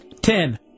Ten